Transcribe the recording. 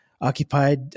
occupied